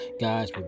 Guys